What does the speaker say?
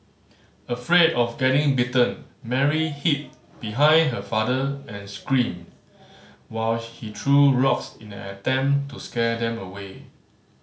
afraid of getting bitten Mary hid behind her father and screamed while he threw rocks in an attempt to scare them away